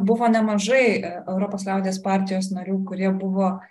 buvo nemažai europos liaudies partijos narių kurie buvo